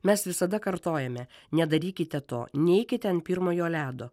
mes visada kartojame nedarykite to neikite ant pirmojo ledo